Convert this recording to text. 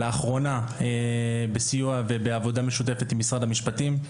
לאחרונה, בסיוע ובעבודה משותפת עם משרד המשפטים,